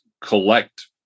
collect